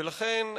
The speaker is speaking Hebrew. ולכן,